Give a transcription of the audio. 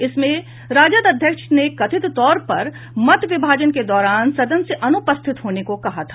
इसमें राजद अध्यक्ष ने कथित तौर पर मत विभाजन के दौरान सदन से अनुपस्थित होने को कहा था